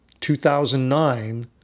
2009